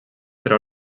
però